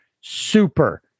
super